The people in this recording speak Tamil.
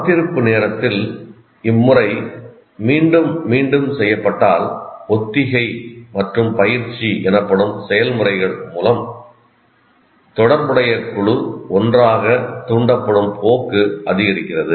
காத்திருப்பு நேரத்தில் இம்முறை மீண்டும் மீண்டும் செய்யப்பட்டால் ஒத்திகை மற்றும் பயிற்சி எனப்படும் செயல்முறைகள் மூலம் தொடர்புடைய குழு ஒன்றாக தூண்டப்படும் போக்கு அதிகரிக்கிறது